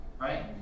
Right